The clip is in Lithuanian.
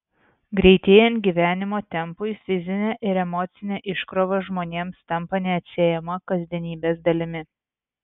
greitėjant gyvenimo tempui fizinė ir emocinė iškrova žmonėms tampa neatsiejama kasdienybės dalimi